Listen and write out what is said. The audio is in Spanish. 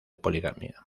poligamia